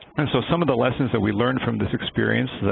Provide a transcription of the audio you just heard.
and so some of the lessons that we learned from this experience